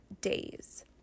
days